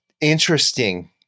interesting